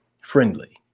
friendly